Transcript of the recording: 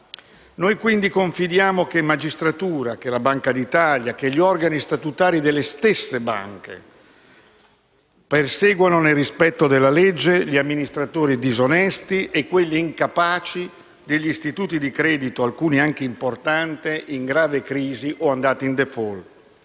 quindi che la magistratura, la Banca d'Italia e gli organi statutari delle stesse banche perseguano, nel rispetto della legge, gli amministratori disonesti e quelli incapaci degli istituti di credito, alcuni anche importanti, in grave crisi o andati in *default*.